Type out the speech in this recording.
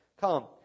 Come